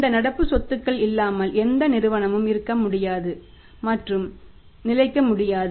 இந்த நடப்பு சொத்துக்கள் இல்லாமல் எந்த நிறுவனமும் இருக்க முடியாது மற்றும் நிலைக்க முடியாது